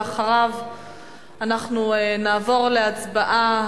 ואחריו אנחנו נעבור להצבעה,